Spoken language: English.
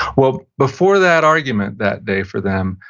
well, before that argument that day for them,